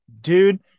dude